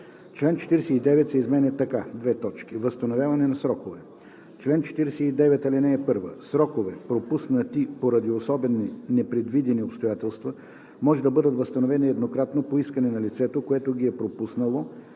Член 49 се изменя така: „Възстановяване на срокове Чл. 49. (1) Срокове, пропуснати поради особени непредвидени обстоятелства, може да бъдат възстановени еднократно по искане на лицето, което ги е пропуснало,